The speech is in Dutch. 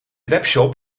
webshop